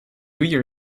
your